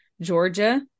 Georgia